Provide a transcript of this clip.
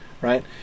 right